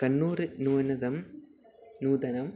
कन्नूर् नूतनं नूतनम्